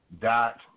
Dot